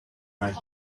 right